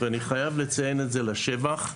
ואני חייב לציין את זה לשבח,